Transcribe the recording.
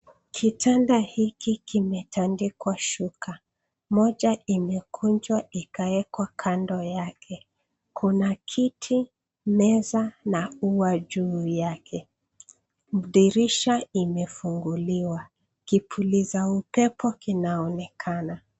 Kitanda hiki kimetandikwa shuka. Moja imekunjwa ikawekwa kando yake. Kuna kiti, meza na ua juu yake. Dirisha imefunguliwa. Kipuliza upepo kinaonekana.